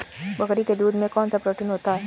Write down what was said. बकरी के दूध में कौनसा प्रोटीन होता है?